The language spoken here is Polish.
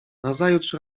nazajutrz